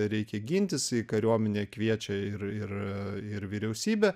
reikia gintis į kariuomenę kviečia ir ir ir vyriausybė